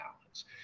balance